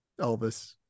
Elvis